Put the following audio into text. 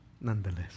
nonetheless